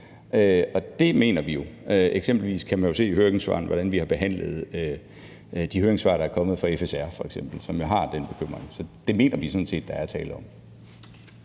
det mener vi jo. Eksempelvis kan man jo se i høringssvarene, hvordan vi har behandlet de høringssvar, der er kommet fra FSR f.eks., som har den bekymring. Så det mener vi sådan set der er tale om.